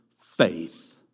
faith